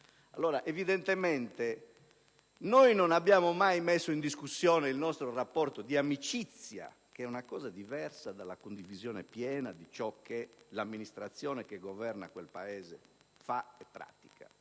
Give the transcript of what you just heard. non funziona. Noi non abbiamo mai messo in discussione il nostro rapporto di amicizia, cosa diversa dalla condivisione piena di ciò che l'amministrazione che governa quel Paese fa e pratica;